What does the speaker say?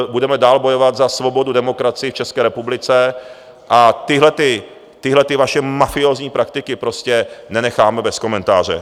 Budeme dál bojovat za svobodu, demokracii v České republice a tyhlety vaše mafiózní praktiky prostě nenecháme bez komentáře.